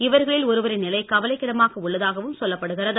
இவர்களில் ஒருவரின் நிலை கவலைக்கிடமாக உள்ளதாகவும் சொல்லப்படுகிறது